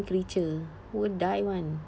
creature won't die one